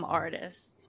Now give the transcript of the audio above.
artists